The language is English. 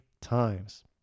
times